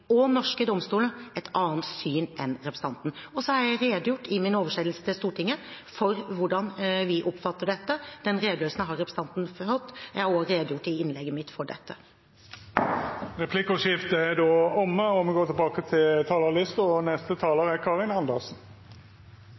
og norske domstolen et annet syn enn representanten. Så har jeg i min oversendelse til Stortinget redegjort for hvordan vi oppfatter dette. Den redegjørelsen har representanten fått, og jeg har også redegjort for dette i innlegget mitt. Replikkordskiftet er